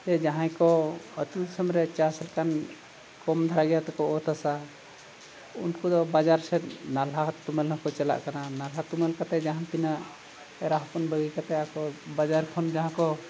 ᱡᱟᱦᱟᱸᱭ ᱠᱚ ᱟᱛᱳ ᱫᱤᱥᱚᱢ ᱨᱮ ᱪᱟᱥ ᱞᱮᱠᱟᱱ ᱠᱚᱢ ᱫᱷᱟᱨᱟ ᱜᱮᱭᱟ ᱛᱟᱠᱚ ᱚᱛ ᱦᱟᱥᱟ ᱩᱱᱠᱩ ᱫᱚ ᱵᱟᱡᱟᱨ ᱥᱮᱫ ᱱᱟᱞᱦᱟ ᱛᱩᱢᱟᱹᱞ ᱦᱚᱸᱠᱚ ᱪᱟᱞᱟᱜ ᱠᱟᱱᱟ ᱱᱟᱞᱦᱟ ᱛᱩᱢᱟᱹᱞ ᱠᱟᱛᱮᱫ ᱡᱟᱦᱟᱸ ᱛᱤᱱᱟᱹᱜ ᱮᱨᱟ ᱦᱚᱯᱚᱱ ᱵᱟᱹᱜᱤ ᱠᱟᱛᱮᱫ ᱟᱠᱚ ᱵᱟᱡᱟᱨ ᱠᱷᱚᱱ ᱡᱟᱦᱟᱸ ᱠᱚ